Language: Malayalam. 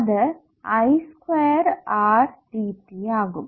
അത് I സ്ക്വയർ R dt ആകും